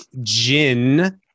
gin